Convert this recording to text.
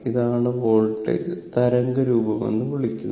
ഇതാണ് വോൾട്ടേജ് തരംഗ രൂപമെന്ന് വിളിക്കുന്നത്